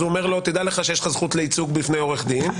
הוא אומר לו: דע לך שיש לך זכות לייצוג בפני עורך דין,